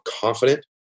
confident